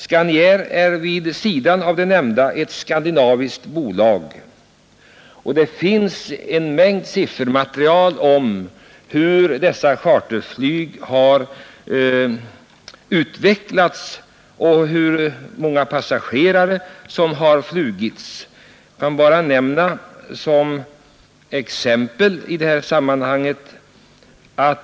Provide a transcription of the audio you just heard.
Scanair är vid sidan av de nämnda företagen ett skandinaviskt bolag, och det finns siffermaterial om hur detta charterflyg utvecklats.